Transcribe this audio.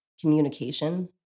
communication